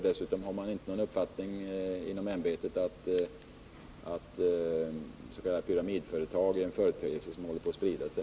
Dessutom har man inom ämbetet inte uppfattningen att de s.k. pyramidföretagen är en företeelse som sprider sig.